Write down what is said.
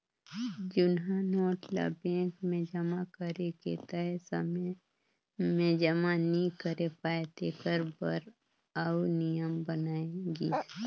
जुनहा नोट ल बेंक मे जमा करे के तय समे में जमा नी करे पाए तेकर बर आउ नियम बनाय गिस